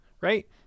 right